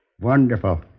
Wonderful